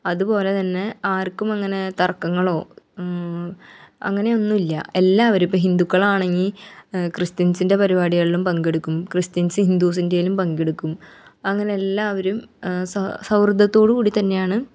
അതുപൊല തന്നെ ആർക്കും അങ്ങനെ തർക്കങ്ങളോ അങ്ങനെയൊന്നുവില്ല എല്ലാവരും ഇപ്പം ഹിന്ദുക്കളാണെങ്കിൽ ക്രിസ്ത്യൻസിൻ്റെ പരിപാടികളിലും പങ്കെടുക്കും ക്രിസ്ത്യൻസ് ഹിന്ദുസിൻ്റെയ്ലും പങ്കെടുക്കും അങ്ങനെ എല്ലാവരും സൗഹൃദം സൗഹൃദത്തോട് കൂടിത്തന്നെയാണ്